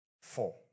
Four